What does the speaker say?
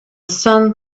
sun